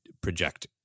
project